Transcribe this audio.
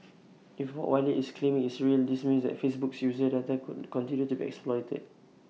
if what Wylie is claiming is real this means that Facebook's user data could continue to be exploited